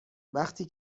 وقتی